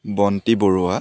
Bonti Barua